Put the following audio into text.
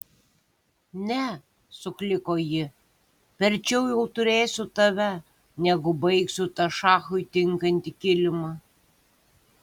ne sukliko ji verčiau jau turėsiu tave negu baigsiu tą šachui tinkantį kilimą